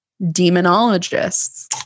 demonologists